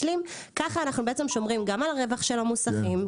כך אנחנו שומרים גם על הרווח של המוסכים,